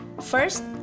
First